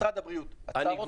משרד הבריאות עצר אותנו.